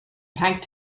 packed